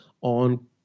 on